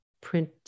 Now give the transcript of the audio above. print